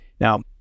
Now